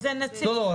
לא,